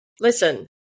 listen